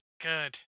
good